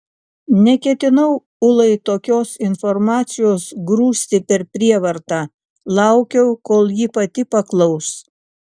neketinau ulai tokios informacijos grūsti per prievartą laukiau kol ji pati paklaus